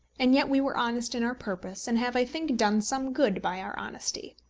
and yet we were honest in our purpose, and have, i think, done some good by our honesty.